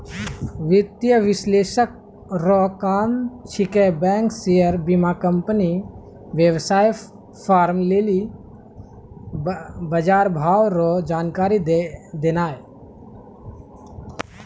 वित्तीय विश्लेषक रो काम छिकै बैंक शेयर बीमाकम्पनी वेवसाय फार्म लेली बजारभाव रो जानकारी देनाय